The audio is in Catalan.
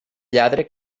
lladre